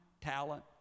talent